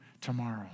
tomorrow